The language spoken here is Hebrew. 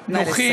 נוחות,